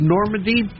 Normandy